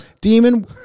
Demon